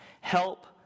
Help